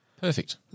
Perfect